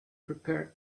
prepared